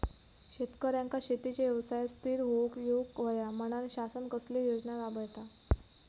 शेतकऱ्यांका शेतीच्या व्यवसायात स्थिर होवुक येऊक होया म्हणान शासन कसले योजना राबयता?